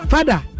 Father